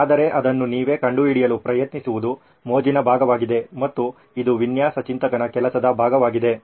ಆದರೆ ಅದನ್ನು ನೀವೇ ಕಂಡುಹಿಡಿಯಲು ಪ್ರಯತ್ನಿಸುವುದು ಮೋಜಿನ ಭಾಗವಾಗಿದೆ ಮತ್ತು ಇದು ವಿನ್ಯಾಸ ಚಿಂತಕನ ಕೆಲಸದ ಭಾಗವಾಗಿದೆ